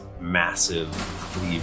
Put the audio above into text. massive